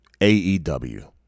AEW